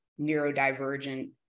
neurodivergent